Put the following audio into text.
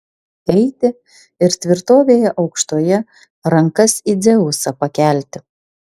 eiti ir tvirtovėje aukštoje rankas į dzeusą pakelti